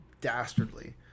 dastardly